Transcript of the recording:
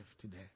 today